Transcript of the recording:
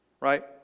right